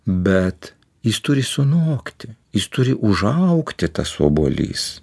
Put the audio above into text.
bet jis turi sunokti jis turi užaugti tas obuolys